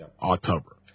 October